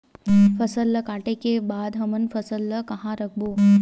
फसल ला काटे के बाद हमन फसल ल कहां रखबो?